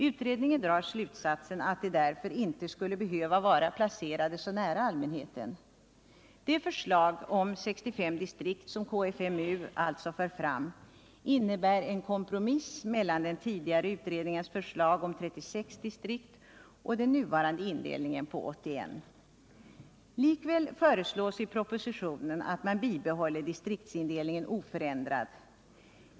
Utredningen drar slutsatsen att de-därför inte skulle behöva vara placerade så nära allmänheten. Det förslag om 65 distrikt som KFMU alltså för fram innebär en kompromiss mellan den tidigare utredningens förslag om 36 distrikt och den nuvarande indelningen i 81. Likväl föreslås i propositionen att man bibehåller distriktsindelningen oförändrad.